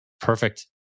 Perfect